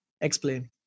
Explain